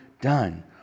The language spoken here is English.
done